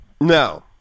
No